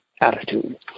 attitude